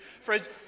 friends